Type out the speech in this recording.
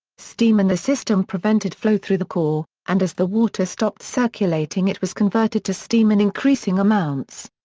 steam in the system prevented flow through the core, and as the water stopped circulating it was converted to steam in increasing amounts.